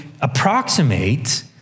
approximate